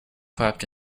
clapped